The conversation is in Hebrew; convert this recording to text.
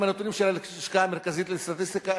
הם הנתונים של הלשכה המרכזית לסטטיסטיקה,